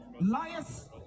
liars